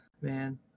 man